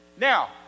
Now